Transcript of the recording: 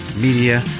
media